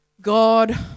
God